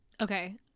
Okay